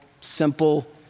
simple